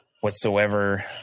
whatsoever